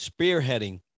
spearheading